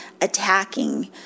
attacking